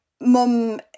mum